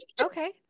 okay